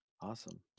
Awesome